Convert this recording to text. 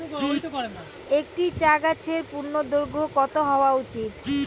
একটি চা গাছের পূর্ণদৈর্ঘ্য কত হওয়া উচিৎ?